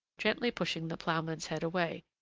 gently pushing the ploughman's head away,